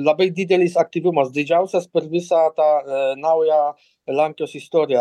labai didelis aktyvumas didžiausias per visą tą naują lenkijos istoriją